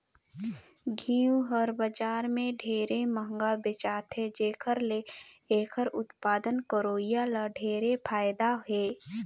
घींव हर बजार में ढेरे मंहगा बेचाथे जेखर ले एखर उत्पादन करोइया ल ढेरे फायदा हे